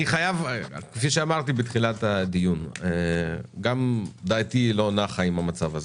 כפי שאמרתי בתחילת הדיון, גם דעתי לא נוחה מהמצב.